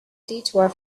detour